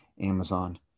Amazon